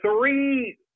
three